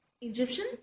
Egyptian